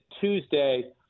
Tuesday